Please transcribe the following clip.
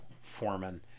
foreman